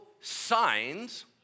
signs